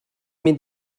mynd